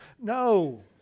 No